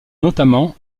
notamment